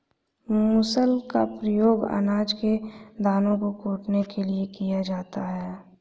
मूसल का प्रयोग अनाज के दानों को कूटने के लिए किया जाता है